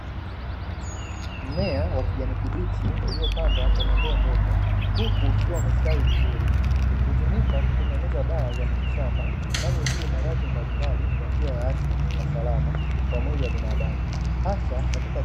Mmea wa kijani kibichi uliopandwa kwenye ndoo ndogo huku ukiwa umestawi vizuri, hutumika kutengeneza dawa za mitishamba zinazotibu maradhi mbalimbali kwa njia ya asili na salama kwa mwili wa binaadamu.